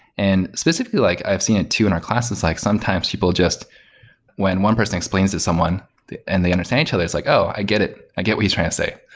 and specifically, like i have seen it too in our classes. like sometimes people just when one person explains to someone and they understand each other. it's like, oh! i get it. i get what you're trying to say.